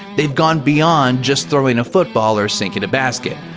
they've gone beyond just throwing a football or sinking a basket.